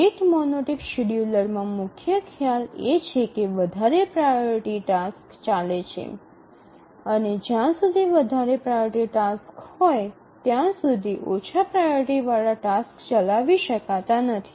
rate monotonic શેડ્યૂલિંગમાં મુખ્ય ખ્યાલ એ છે કે વધારે પ્રાઓરિટી વાળા ટાસ્ક ચાલે છે અને જ્યાં સુધી વધારે પ્રાઓરિટી વાળા ટાસ્ક હોય ત્યાં સુધી ઓછા પ્રાઓરિટી વાળા ટાસ્ક ચલાવી શકાતા નથી